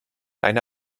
eine